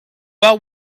are